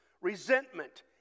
Resentment